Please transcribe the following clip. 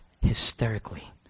hysterically